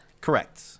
Correct